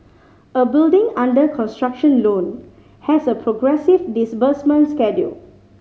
a building under construction loan has a progressive disbursement schedule